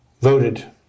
voted